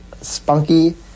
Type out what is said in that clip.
spunky